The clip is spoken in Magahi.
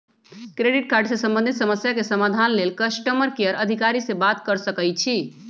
क्रेडिट कार्ड से संबंधित समस्या के समाधान लेल कस्टमर केयर अधिकारी से बात कर सकइछि